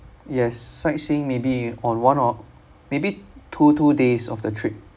yes sightseeing maybe on one or maybe two two days of the trip